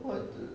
what the